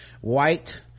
White